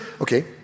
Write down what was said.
okay